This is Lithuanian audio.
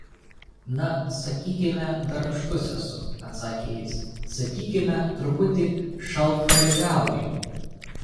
na sakykime darbštus esu atsakė jis sakykime truputį šaltkalviauju